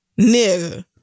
nigga